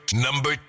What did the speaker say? number